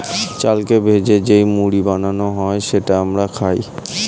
চালকে ভেজে যেই মুড়ি বানানো হয় সেটা আমরা খাই